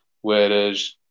Whereas